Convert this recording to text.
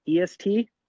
EST